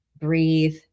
breathe